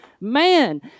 man